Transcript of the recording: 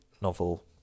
novel